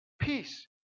Peace